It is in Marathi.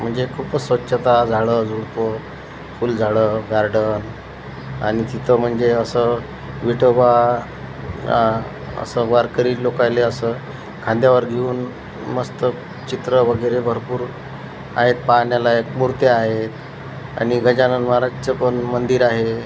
म्हणजे खूपच स्वच्छता झाडंझुडपं अजून फुलझाडं गार्डन आणि तिथं म्हणजे असं विठोबा असं वारकरी लोकायले असं खांद्यावर घेऊन मस्त चित्र वगैरे भरपूर आहेत पाहण्यालायक मुर्त्या आहेत आणि गजानन महाराजचं पण मंदिर आहे